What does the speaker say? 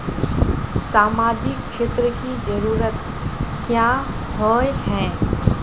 सामाजिक क्षेत्र की जरूरत क्याँ होय है?